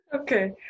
Okay